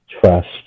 trust